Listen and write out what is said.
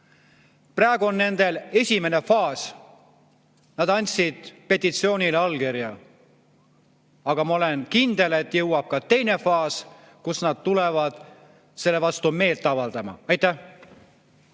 Praegu on nendel esimene faas, nad andsid petitsioonile allkirja, aga ma olen kindel, et jõuab kätte ka teine faas, kus nad tulevad selle vastu meelt avaldama. Aitäh!